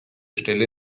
stelle